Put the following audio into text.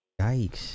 Yikes